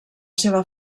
seva